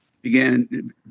began